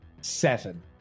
Seven